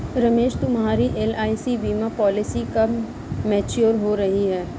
रमेश तुम्हारी एल.आई.सी बीमा पॉलिसी कब मैच्योर हो रही है?